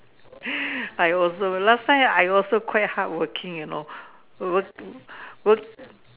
I also last time I also quite hard working you know work work